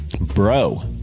Bro